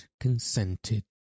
consented